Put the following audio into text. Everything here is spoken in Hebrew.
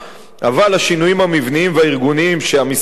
השינויים המבניים והארגוניים שהמשרד מוביל,